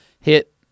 hit